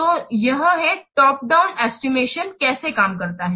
तो यह है टॉप डाउन एस्टिमेशन कैसे काम करता है